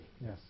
Yes